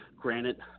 granite